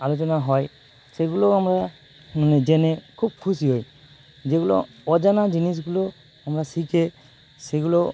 আলোচনা হয় সেগুলো আমরা মানে জেনে খুব খুশি হই যেগুলো অজানা জিনিসগুলো আমরা শিখে সেগুলো